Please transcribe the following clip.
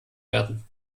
werden